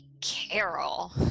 carol